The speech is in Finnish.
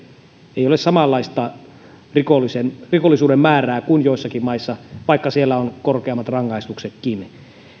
ei ole samanlaista rikollisuuden määrää kuin joissakin maissa vaikka siellä olisi korkeammat rangaistuksetkin